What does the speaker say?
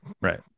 Right